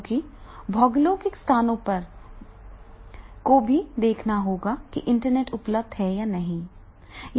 हमें भौगोलिक स्थानों को भी देखना होगा कि इंटरनेट उपलब्ध है या नहीं